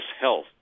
Health